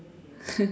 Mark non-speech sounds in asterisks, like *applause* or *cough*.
*laughs*